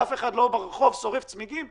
ואף אחד לא ברחוב שורף צמיגים,